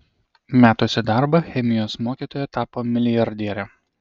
metusi darbą chemijos mokytoja tapo milijardiere